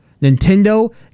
Nintendo